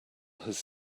has